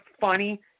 funny